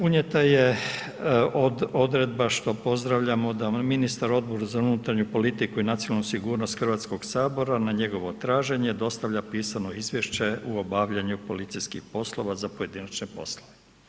Unijeta je odredba što pozdravljamo da ministar Odbor za unutarnju politiku i nacionalnu sigurnost Hrvatskog sabora na njegovo traženje dostavlja pisano izvješće u obavljanju policijskih poslova za pojedinačne poslove.